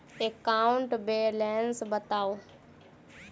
account balance बताउ